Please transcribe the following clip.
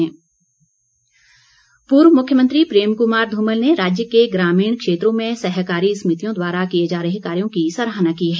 धूमल पूर्व मुख्यमंत्री प्रेम कुमार धूमल ने राज्य के ग्रामीण क्षेत्रों में सहकारी समितियों द्वारा किए जा रहे कार्यों की सराहना की है